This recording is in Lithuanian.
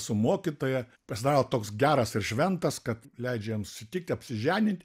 su mokytoja pasidaro toks geras ir šventas kad leidžia jiem susitikti apsiženyt